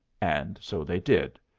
and so they did,